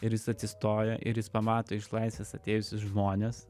ir jis atsistojo ir jis pamato iš laisvės atėjusius žmones